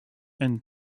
and